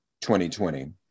2020